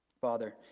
Father